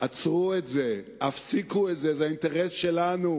עצרו את זה, הפסיקו את זה, זה האינטרס שלנו.